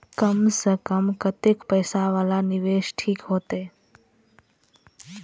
कम से कम कतेक पैसा वाला निवेश ठीक होते?